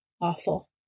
awful